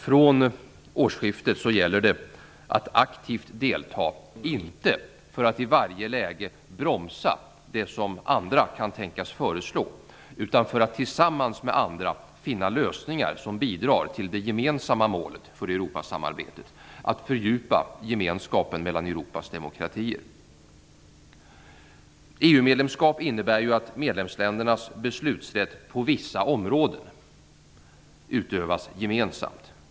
Från årsskiftet gäller det att aktivt delta - inte för att i varje läge bromsa det som andra kan tänkas föreslå, utan för att tillsammans med andra finna lösningar som bidrar till det gemensamma målet för Europasamarbetet: att fördjupa gemenskapen mellan Europas demokratier. EU-medlemskap innebär ju att medlemsländernas beslutsrätt på vissa områden utövas gemensamt.